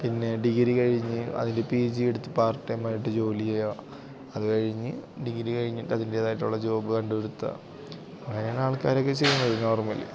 പിന്നെ ഡിഗ്രി കഴിഞ്ഞ് അതിൻ്റെ പി ജി എടുത്ത് പാർട്ട് ടൈമായിട്ട് ജോലി ചെയ്യുക അത് കഴിഞ്ഞ് ഡിഗ്രി കഴിഞ്ഞിട്ട് അതിൻറ്റേതായിട്ടുള്ള ജോബ് കണ്ടെത്തുക അങ്ങനെയാണ് ആൾക്കാരൊക്കെ ചെയ്യുന്നത് നോർമലി